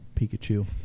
Pikachu